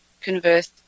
converse